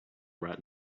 rat